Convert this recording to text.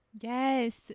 Yes